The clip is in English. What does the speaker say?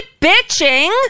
bitching